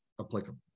applicable